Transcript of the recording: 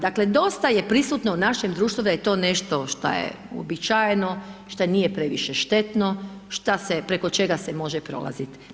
Dakle dosta je prisutno u našem društvu da je to nešto šta je uobičajeno, šta nije previše štetno, šta se, preko čega se može prolaziti.